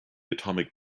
atomic